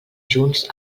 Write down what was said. junts